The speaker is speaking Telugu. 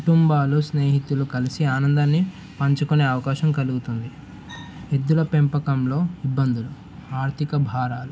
కుటుంబాలు స్నేహితులు కలిసి ఆనందాన్ని పంచుకునే అవకాశం కలుగుతుంది ఎద్దుల పెంపకంలో ఇబ్బందులు ఆర్థిక భారాలు